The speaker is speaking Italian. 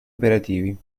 operativi